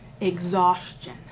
exhaustion